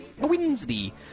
Wednesday